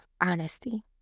honesty